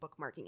bookmarking